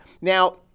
Now